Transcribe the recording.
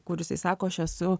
kur isai sako aš esu